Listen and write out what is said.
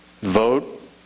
vote